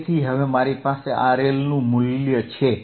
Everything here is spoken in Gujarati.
તેથી હવે મારી પાસે RL નું મૂલ્ય છે